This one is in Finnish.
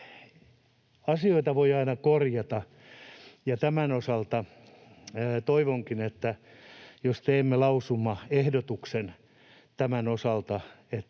asioita voi aina korjata, ja tämän osalta toivonkin, että jos teemme lausumaehdotuksen tämän osalta,